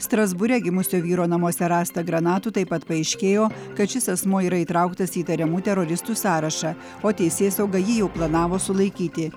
strasbūre gimusio vyro namuose rasta granatų taip pat paaiškėjo kad šis asmuo yra įtrauktas į įtariamų teroristų sąrašą o teisėsauga jį jau planavo sulaikyti